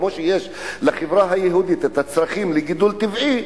כמו שיש לחברה היהודית צרכים של גידול טבעי,